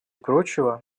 прочего